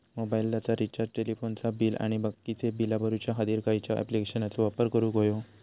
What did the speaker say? मोबाईलाचा रिचार्ज टेलिफोनाचा बिल आणि बाकीची बिला भरूच्या खातीर खयच्या ॲप्लिकेशनाचो वापर करूक होयो?